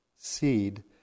seed